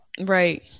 Right